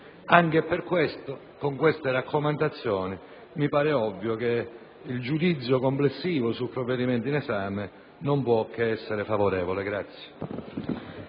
Anche per questo, con queste raccomandazioni mi pare ovvio che il giudizio complessivo sul provvedimento in esame non può che essere favorevole.